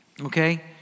Okay